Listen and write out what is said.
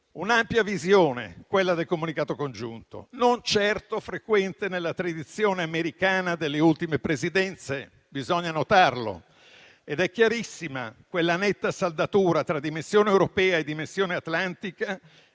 Un'ampia visione quella del comunicato congiunto, non certo frequente nella tradizione americana delle ultime presidenze - bisogna notarlo - ed è chiarissima la netta saldatura tra la dimensione europea e la dimensione atlantica,